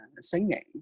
singing